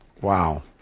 Wow